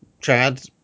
Chad